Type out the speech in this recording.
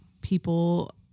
people